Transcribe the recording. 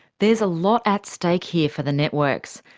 there's a lot at stake here for the networks.